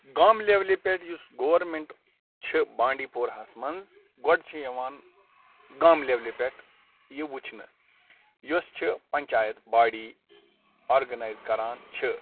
گامہٕ لیولہِ پٮ۪ٹھ یُس گورمیٚنٛٹ چھِ بانڈی پوراہَس منٛز گۄڈٕ چھِ یِوان گامہٕ لیولہِ پٮ۪ٹھ یہِ وُچھنہٕ یۄس چھِ پنٛچایت باڑی آرگنایز کران چھِ